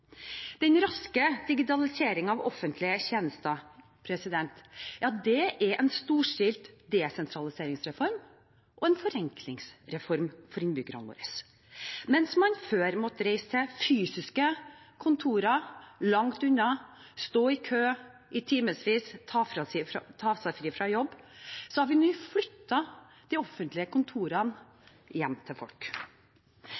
Den raske digitaliseringen av offentlige tjenester er en storstilt desentraliseringsreform og en forenklingsreform for innbyggerne våre. Mens man før måtte reise til fysiske kontorer langt unna, stå i kø i timevis, ta seg fri fra jobben, har vi nå flyttet de offentlige kontorene